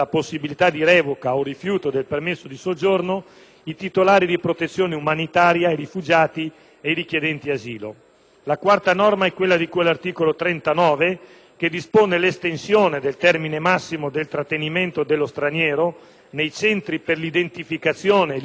i titolari di protezione umanitaria, i rifugiati e i richiedenti asilo. La quarta norma è quella di cui all'articolo 39, che dispone l'estensione del termine massimo del trattenimento dello straniero nei centri per l'identificazione e l'espulsione dagli attuali 2 a 18 mesi,